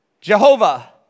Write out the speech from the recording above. Jehovah